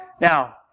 Now